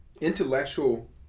intellectual